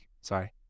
sorry